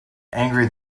angry